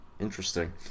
interesting